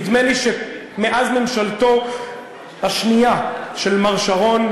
נדמה לי שמאז ממשלתו השנייה של מר שרון,